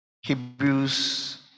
hebrews